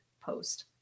post